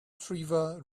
trevor